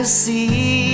see